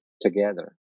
together